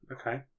Okay